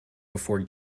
before